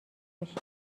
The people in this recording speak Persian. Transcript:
بشی